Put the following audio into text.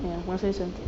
ya memang selesa